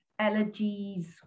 allergies